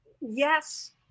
Yes